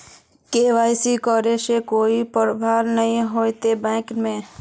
KYC करबे से कोई प्रॉब्लम नय होते न बैंक में?